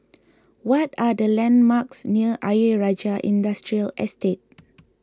what are the landmarks near Ayer Rajah Industrial Estate